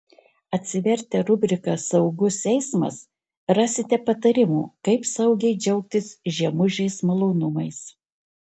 atsivertę rubriką saugus eismas rasite patarimų kaip saugiai džiaugtis žiemužės malonumais